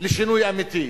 לשינוי אמיתי.